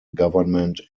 government